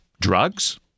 Drugs